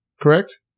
correct